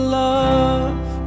love